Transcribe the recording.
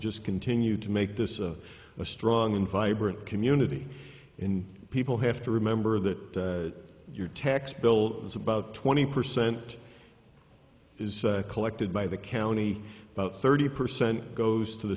just continue to make this a strong and vibrant community in people have to remember that your tax bill is about twenty percent is collected by the county about thirty percent goes to the